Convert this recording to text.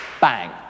bang